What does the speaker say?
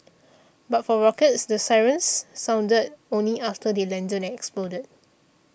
but for rockets the sirens sounded only after they landed and exploded